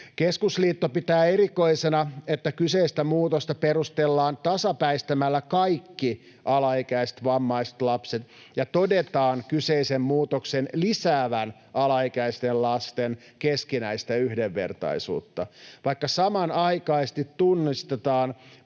”Keskusliitto pitää erikoisena, että kyseistä muutosta perustellaan tasapäistämällä kaikki alaikäiset vammaiset lapset ja todetaan kyseisen muutoksen lisäävän alaikäisten lasten keskinäistä yhdenvertaisuutta, vaikka samanaikaisesti tunnustetaan